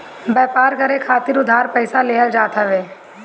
व्यापार करे खातिर उधार पईसा लेहल जात हवे